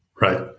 Right